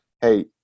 hey